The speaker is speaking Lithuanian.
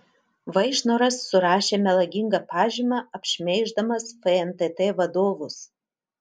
vaišnoras surašė melagingą pažymą apšmeiždamas fntt vadovus